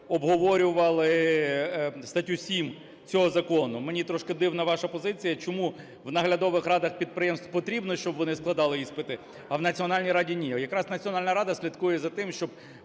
обговорювали статтю 7 цього закону. Мені трошки дивна ваша позиція, чому в наглядових радах підприємств потрібно, щоб вони складали іспити, а в Національній раді – ні. Якраз Національна рада слідкує за тим, щоби